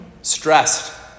Stressed